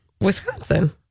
Wisconsin